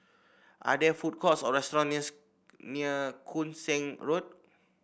are there food courts or restaurant near near Koon Seng Road